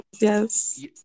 Yes